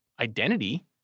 identity